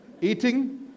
eating